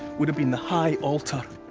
would have been the high altar.